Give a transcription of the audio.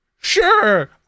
sure